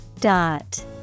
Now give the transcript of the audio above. Dot